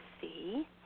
see